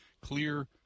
clear